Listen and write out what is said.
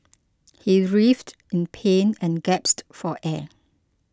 he writhed in pain and gasped for air